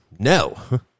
No